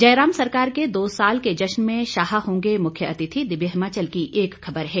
जयराम सरकार के दो साल के जश्न में शाह होंगे मुख्यातिथि दिव्य हिमाचल की एक खबर है